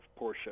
Porsche